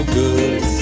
good